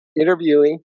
interviewing